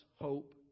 hope